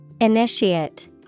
Initiate